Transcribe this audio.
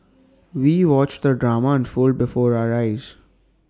we watched the drama unfold before our eyes